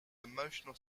emotional